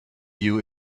you